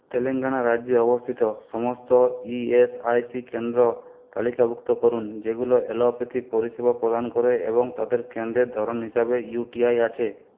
তেলেঙ্গানা রাজ্যে অবস্থিত সমস্ত ইএসআইসি কেন্দ্র তালিকাভুক্ত করুন যেগুলো অ্যালোপ্যাথি পরিষেবা প্রদান করে এবং তাদের কেন্দ্রের ধরন হিসাবে ইউটিআই আছে